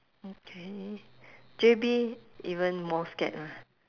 okay J_B even more scared ah